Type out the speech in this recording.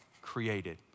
created